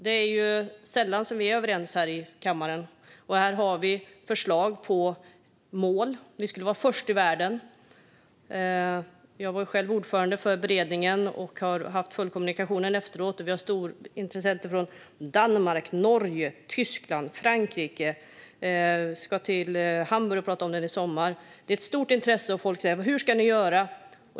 Det är sällan vi är överens här i kammaren, och här har vi förslag på mål som vi skulle vara först i världen med. Jag var själv ordförande för beredningen, och jag har följt kommunikationen efteråt. Vi har intressenter från Danmark, Norge, Tyskland och Frankrike. Vi ska till Hamburg och prata om den i sommar. Det finns ett stort intresse, och folk frågar: Hur ska ni göra?